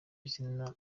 izina